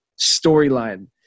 storyline